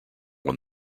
won